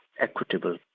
equitable